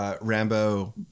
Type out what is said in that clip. Rambo